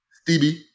Stevie